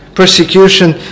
Persecution